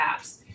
apps